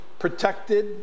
protected